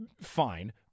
fine